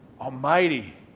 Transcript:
Almighty